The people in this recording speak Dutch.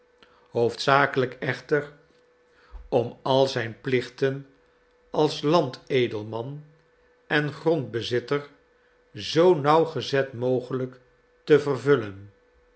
hoofdzakelijk echter om al zijn plichten als landedelman en grondbezitter zoo nauwgezet mogelijk te vervullen